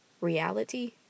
reality